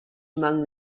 among